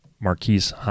Marquise